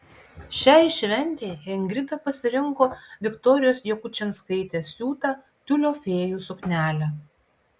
šiai šventei ingrida pasirinko viktorijos jakučinskaitės siūtą tiulio fėjų suknelę